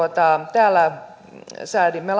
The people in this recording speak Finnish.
täällä säädimme